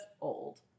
old